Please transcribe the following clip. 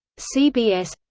cbs